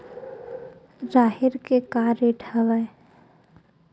राहेर के का रेट हवय?